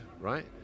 right